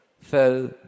fell